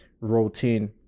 routine